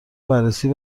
بررسی